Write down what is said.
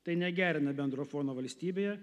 tai negerina bendro fono valstybėje